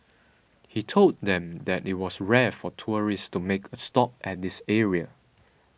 he told them that it was rare for tourists to make a stop at this area